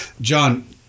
John